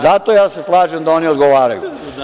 Zato se slažem da oni odgovaraju.